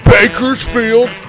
Bakersfield